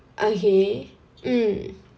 okay mm